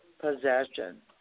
possession